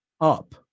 up